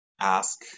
ask